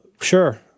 Sure